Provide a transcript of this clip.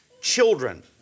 Children